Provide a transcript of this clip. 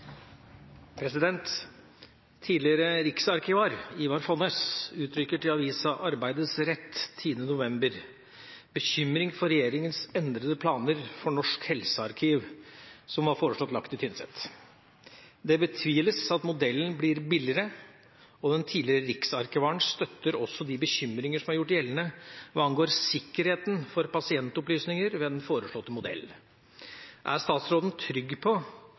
avisa Arbeidets Rett 10. november bekymring for regjeringens endrede planer for Norsk helsearkiv som var foreslått lagt til Tynset. Det betviles at modellen blir billigere, og den tidligere riksarkivaren støtter også de bekymringer som er gjort gjeldende hva angår sikkerheten for pasientopplysninger ved den foreslåtte modell. Er statsråden trygg på